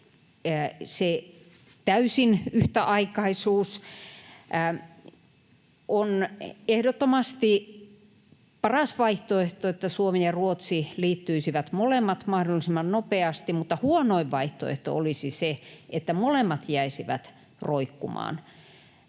se täysin yhtäaikaisuus. On ehdottomasti paras vaihtoehto, että Suomi ja Ruotsi liittyisivät molemmat mahdollisimman nopeasti, mutta huonoin vaihtoehto olisi se, että molemmat jäisivät roikkumaan.